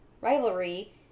Rivalry